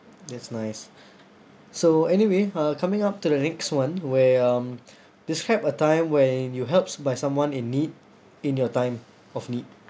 that's nice so anyway uh coming up to the next one where um describe a time when you helps by someone in need in your time of need